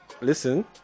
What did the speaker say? Listen